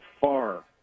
far